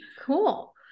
Cool